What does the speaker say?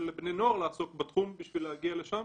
בני נוער לעסוק בתחום בשביל להגיע לשם,